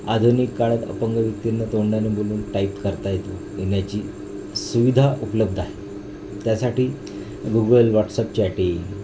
आधुनिक काळात अपंग व्यतीनं तोंडनं बोलून टाईप करता येतं येण्याची सुविधा उपलब्ध आहे त्यासाठी गुगल वॉट्सअप चॅटींग